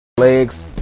legs